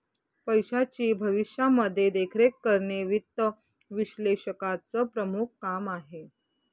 पैशाची भविष्यामध्ये देखरेख करणे वित्त विश्लेषकाचं प्रमुख काम आहे